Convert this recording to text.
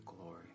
glory